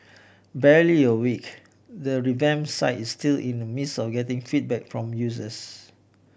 barely a week the revamped sites is still in the midst of getting feedback from users